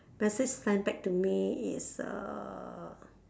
message send back to me is uh